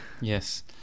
Yes